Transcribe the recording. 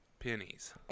Pennies